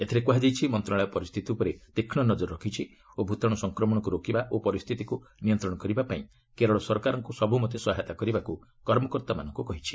ଏଥିରେ କୃହାଯାଇଛି ମନ୍ତ୍ରଣାଳୟ ପରିସ୍ଥିତି ଉପରେ ତୀକ୍ଷ୍ମ ନଜର ରଖିଛି ଓ ଭୂତାଣ୍ର ସଂକ୍ରମଣକୁ ରୋକିବା ଓ ପରିସ୍ଥିତିକୁ ନିୟନ୍ତ୍ରଣ କରିବା ପାଇଁ କେରଳ ସରକାରଙ୍କୁ ସବ୍ରମତେ ସହାୟତା କରିବାକୁ କର୍ମକର୍ତ୍ତାମାନଙ୍କୁ କହିଛି